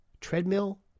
Treadmill